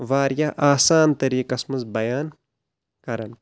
واریاہ آسان طٔریٖقس منٛز بیان کران